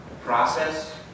process